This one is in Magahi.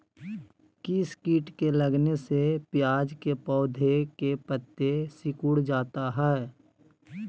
किस किट के लगने से प्याज के पौधे के पत्ते सिकुड़ जाता है?